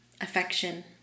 affection